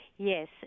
Yes